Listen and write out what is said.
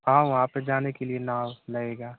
हाँ वहाँ पर जाने के लिए नाव लगेगा